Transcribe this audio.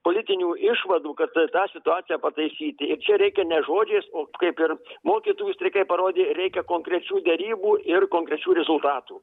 politinių išvadų kad tą situaciją pataisyti ir čia reikia ne žodžiais o kaip ir mokytojų streikai parodė reikia konkrečių derybų ir konkrečių rezultatų